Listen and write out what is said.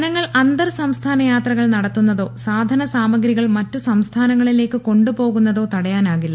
ജനങ്ങൾ അന്തർസംസ്ഥാന യാത്രകൾ നടത്തുന്നതോ സാധനസാമഗ്രികൾ മറ്റുസംസ്ഥാനങ്ങളിലേക്ക് കൊണ്ടുപോകുന്നതോ തടയാനാകില്ല